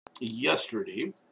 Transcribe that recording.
yesterday